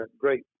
great